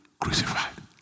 crucified